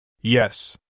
Yes